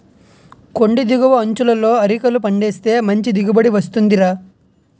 కొండి దిగువ అంచులలో అరికలు పండిస్తే మంచి దిగుబడి వస్తుందిరా